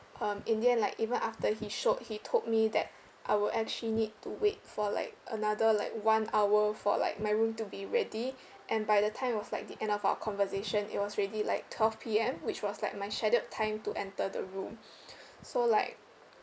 um in the end like even after he showed he told me that I will actually need to wait for like another like one hour for like my room to be ready and by the time was like the end of our conversation it was already like twelve P_M which was like my scheduled time to enter the room so like